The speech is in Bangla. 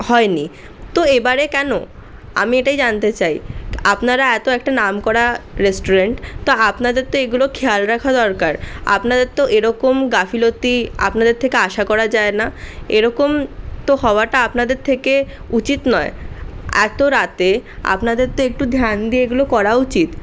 হয়নি তো এবারে কেন আমি এটাই জানতে চাই আপনারা এত একটা নামকরা রেস্টুরেন্ট তো আপনাদের তো এগুলো খেয়াল রাখা দরকার আপনাদের তো এরকম গাফিলতি আপনাদের থেকে আশা করা যায় না এরকম তো হওয়াটা আপনাদের থেকে উচিত নয় এতো রাতে আপনাদের তো একটু ধ্যান দিয়ে এগুলো করা উচিত